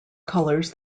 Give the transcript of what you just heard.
colors